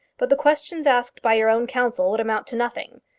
but the questions asked by your own counsel would amount to nothing.